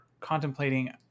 contemplating